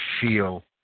feel